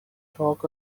talk